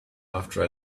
after